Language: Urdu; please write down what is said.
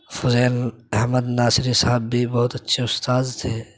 فضیل احمد ناصری صاحب بھی بہت اچھے اُستاد تھے